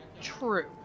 true